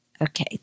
Okay